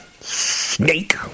Snake